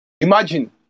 imagine